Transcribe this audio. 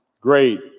great